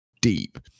deep